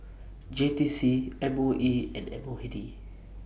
J T C M O E and M O A D